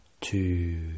Two